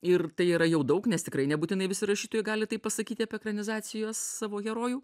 ir tai yra jau daug nes tikrai nebūtinai visi rašytojai gali taip pasakyti apie ekranizacijas savo herojų